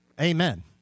Amen